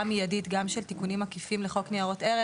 מיידית גם של תיקונים עקיפים לחוק ניירות ערך,